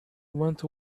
went